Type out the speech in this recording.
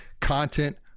content